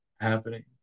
happening